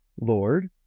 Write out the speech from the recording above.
Lord